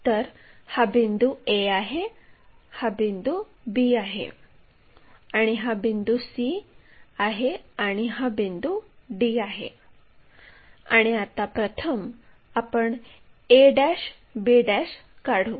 तर हा बिंदू A आहे हा बिंदू B आहे आणि हा बिंदू C आहे आणि हा बिंदू D आहे आणि आता प्रथम आपण a b काढू